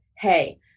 hey